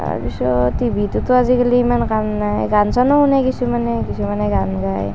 তাৰ পিছত টি ভিটোতো আজিকালি ইমান কাম নাই গান চানো শুনে কিছুমানে কিছুমানে গান গায়